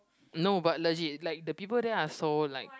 no but legit like the people there are so like